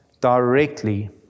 directly